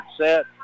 set